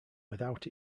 without